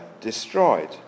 destroyed